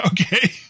Okay